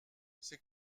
c’est